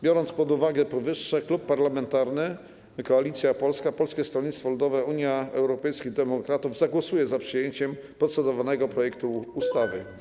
Biorąc pod uwagę powyższe, Klub Parlamentarny Koalicja Polska - Polskie Stronnictwo Ludowe, Unia Europejskich Demokratów, Konserwatyści zagłosuje za przyjęciem procedowanego projektu ustawy.